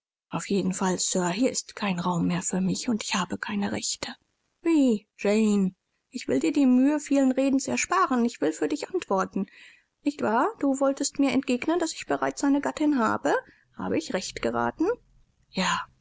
auf jeden fall sir ist hier kein raum mehr für mich und ich habe keine rechte wie jane ich will dir die mühe vielen redens ersparen ich will für dich antworten nicht wahr du wolltest mir entgegnen daß ich bereits eine gattin habe habe ich recht geraten ja